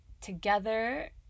together